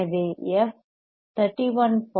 எனவே F f 31